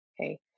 okay